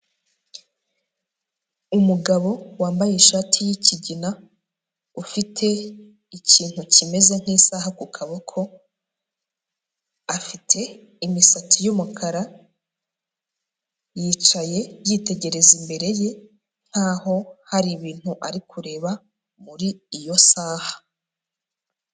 Umugabo wambaye ishati y'ikigina, ufite ikintu kimeze nk'isaha ku kaboko afite imisatsi y'umukara, yicaye yitegereza imbere ye nkaho hari ibintu ari kureba muri iyo saha.